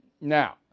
Now